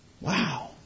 Wow